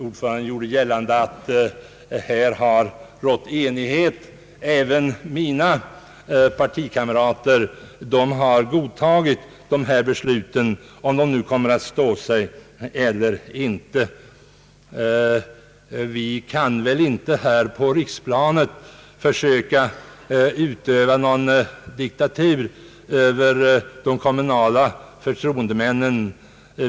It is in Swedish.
Ordföranden gjorde gällande att det har rått enighet i kommunerna och att även mina partikamrater har godtagit dessa beslut, vare sig de nu kommer att stå sig eller inte. Vi kan väl inte här på riksplanet försöka utöva någon diktatur över de kommunala förtroendemännen.